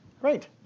Great